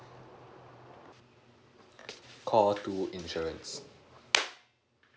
call two insurance